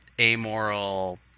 amoral